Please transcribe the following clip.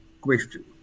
Question